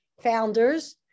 founders